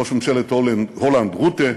ראש ממשלת הולנד רוטה,